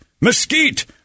Mesquite